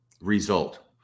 result